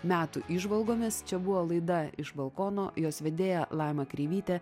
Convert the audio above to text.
metų įžvalgomis čia buvo laida iš balkono jos vedėja laima kreivytė